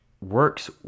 works